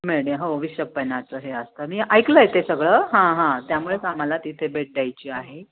मॅडे हो विपश्यनाचं हे असतं मी ऐकलं आहे ते सगळं हां हां त्यामुळेच आम्हाला तिथे भेट द्यायची आहे